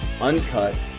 uncut